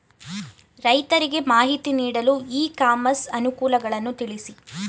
ರೈತರಿಗೆ ಮಾಹಿತಿ ನೀಡಲು ಇ ಕಾಮರ್ಸ್ ಅನುಕೂಲಗಳನ್ನು ತಿಳಿಸಿ?